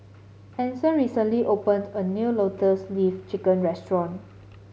Anson recently opened a new Lotus Leaf Chicken restaurant